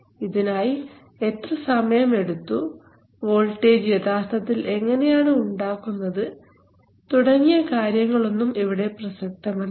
ഇതിനായി എത്ര സമയം എടുത്തു വോൾട്ടേജ് യഥാർത്ഥത്തിൽ എങ്ങനെയാണ് ഉണ്ടാക്കുന്നത് തുടങ്ങിയ കാര്യങ്ങളൊന്നും ഇവിടെ പ്രസക്തമല്ല